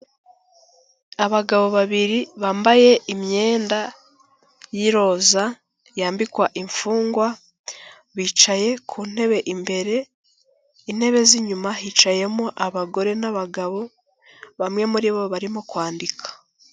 Abagabo babiri bambaye imyenda y'iroza yambikwa imfungwa, bicaye ku ntebe imbere, intebe z'inyuma hicayemo abagore n'abagabo, bamwe muri bo barimo kwandika.